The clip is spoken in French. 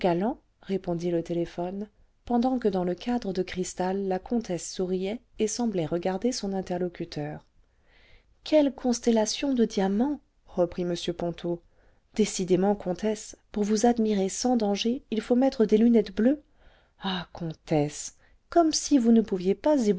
répondit le téléphone pendant que dans le cadre de cristal la comtesse souriait et semblait regarder son interlocuteur quelle constellation de diamants reprit m ponto décidément comtesse pour vous admirer sans danger il faut mettre des lunettes bleues ah comtesse comme si vous ne pouviez pas